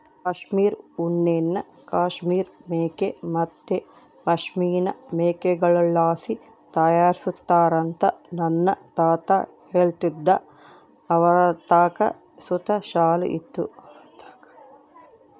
ಕಾಶ್ಮೀರ್ ಉಣ್ಣೆನ ಕಾಶ್ಮೀರ್ ಮೇಕೆ ಮತ್ತೆ ಪಶ್ಮಿನಾ ಮೇಕೆಗುಳ್ಳಾಸಿ ತಯಾರಿಸ್ತಾರಂತ ನನ್ನ ತಾತ ಹೇಳ್ತಿದ್ದ ಅವರತಾಕ ಸುತ ಶಾಲು ಇತ್ತು